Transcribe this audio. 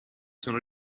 sono